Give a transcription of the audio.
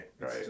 Right